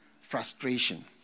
frustration